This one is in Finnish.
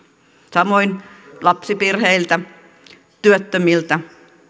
samoin lapsiperheiltä työttömiltä